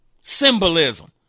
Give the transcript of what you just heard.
symbolism